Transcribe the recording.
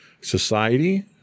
Society